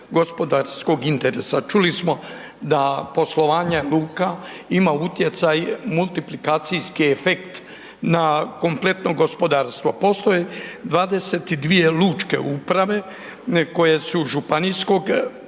gospodarskog interesa, čuli smo da poslovanje luka ima utjecaj, multiplikacijski efekt na kompletno gospodarstvo, postoje 22 lučke uprave, koje su županijskog